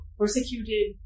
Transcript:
persecuted